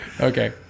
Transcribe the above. Okay